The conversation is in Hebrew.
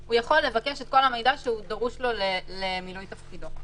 שהוא יכול לבקש את כל המידע שדרוש לו לצורך מילוי תפקידו.